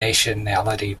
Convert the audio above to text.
nationality